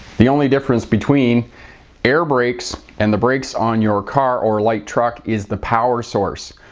the only difference between air brakes and the brakes on your car or light truck is the power source.